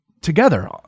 together